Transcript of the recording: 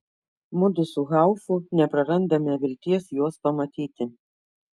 mudu su haufu neprarandame vilties juos pamatyti